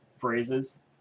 phrases